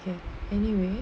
okay anyway